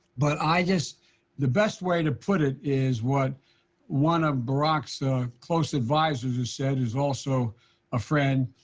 but i just the best way to put it is what one of barack's close advisors has said, who's also a friend,